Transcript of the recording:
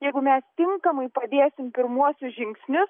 jeigu mes tinkamai padėsim pirmuosius žingsnius